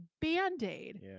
band-aid